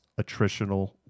attritional